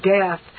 death